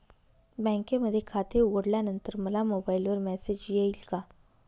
बँकेमध्ये खाते उघडल्यानंतर मला मोबाईलवर मेसेज येईल का?